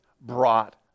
brought